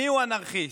מיהו אנרכיסט?